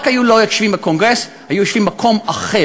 רק שלא היו יושבים בקונגרס, היו יושבים במקום אחר,